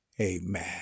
Amen